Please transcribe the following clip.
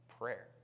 Prayer